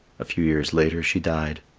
a few years later she died.